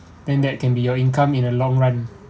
then that can be your income in the long run